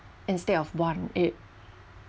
instead of one